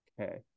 okay